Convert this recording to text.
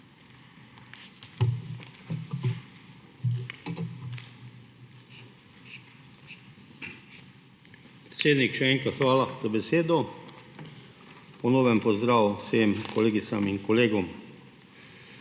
Predsednik, še enkrat hvala za besedo. Ponoven pozdrav vsem kolegicam in kolegom!